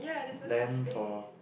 land for